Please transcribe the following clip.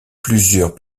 plusieurs